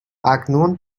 اکنون